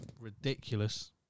ridiculous